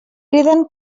criden